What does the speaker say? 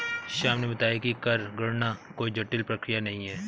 श्याम ने बताया कि कर गणना कोई जटिल प्रक्रिया नहीं है